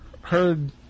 heard